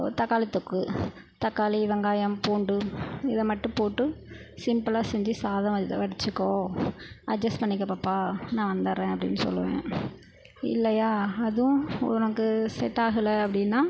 ஒரு தக்காளி தொக்கு தக்காளி வெங்காயம் பூண்டு இதை மட்டும் போட்டு சிம்பிளாக செஞ்சு சாதம் இதை வடித்துக்கோ அட்ஜஸ்ட் பண்ணிக்க பாப்பா நான் வந்துடுறேன் அப்படின்னு சொல்வேன் இல்லையா அதுவும் உனக்கு செட் ஆகலை அப்படின்னா